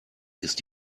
ist